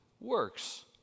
works